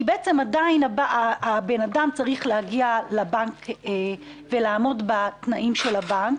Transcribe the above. כי עדיין האדם צריך להגיע לבנק ולעמוד בתנאי הבנק.